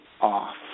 off